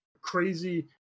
crazy